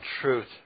truth